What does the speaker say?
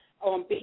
on